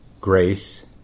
grace